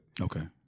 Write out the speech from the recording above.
Okay